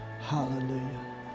Hallelujah